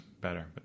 better